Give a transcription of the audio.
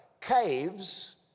Caves